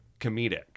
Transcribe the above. comedic